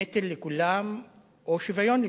נטל לכולם או שוויון לכולם.